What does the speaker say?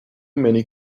many